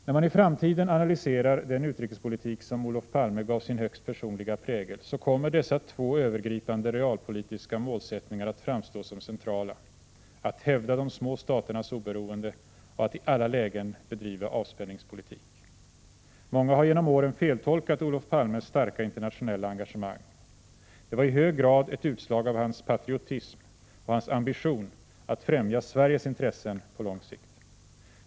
När man i framtiden analyserar den utrikespolitik som Olof Palme gav sin högst personliga prägel kommer följande två övergripande realpolitiska målsättningar att framstå som centrala: — att hävda de små staternas oberoende och — att i alla lägen bedriva avspänningspolitik. Många har genom åren feltolkat Olof Palmes starka internationella engagemang. Det var i hög grad ett utslag av hans patriotism och hans ambition att främja Sveriges intressen på lång sikt.